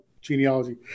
genealogy